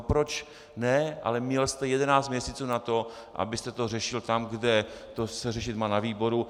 Proč ne, ale měl jste jedenáct měsíců na to, abyste to řešil tam, kde se to řešit má na výboru.